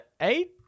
Eight